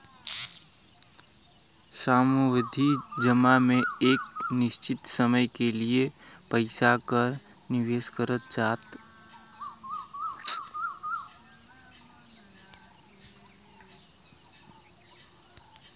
सावधि जमा में एक निश्चित समय के लिए पइसा क निवेश करल जाला